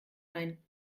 ein